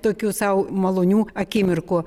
tokių sau malonių akimirkų